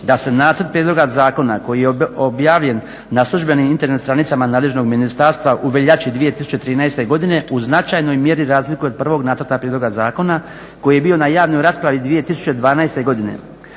da se nacrt prijedlog zakona koji je objavljen na službenim internet stranicama nadležnog ministarstva u veljači 2013. godine u značajnoj mjeri razlikuje od prvog nacrta prijedloga zakona koji je bio na javnoj raspravi 2012. godine.